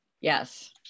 Yes